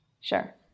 Sure